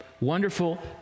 wonderful